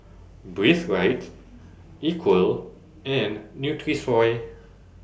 Breathe Right Equal and Nutrisoy